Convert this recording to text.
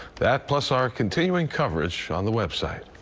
that, plus our continuing coverage on the website.